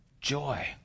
joy